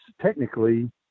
technically